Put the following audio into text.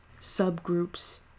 subgroups